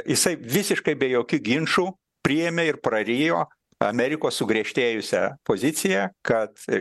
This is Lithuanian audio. jisai visiškai be jokių ginčų priėmė ir prarijo amerikos sugriežtėjusią poziciją kad